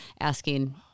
asking